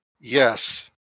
Yes